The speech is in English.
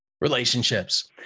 relationships